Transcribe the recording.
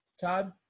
Todd